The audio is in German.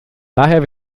daher